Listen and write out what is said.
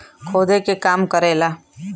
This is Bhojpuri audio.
खोदे के काम करेला